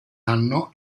anno